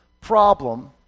problem